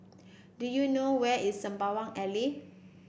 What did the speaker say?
do you know where is Sembawang Alley